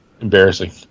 embarrassing